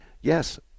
Yes